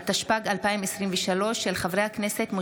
כי הונחו היום על שולחן הכנסת,